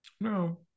no